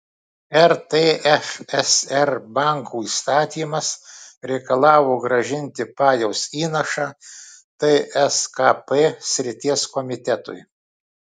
rtfsr bankų įstatymas reikalavo grąžinti pajaus įnašą tskp srities komitetui